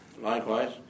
Likewise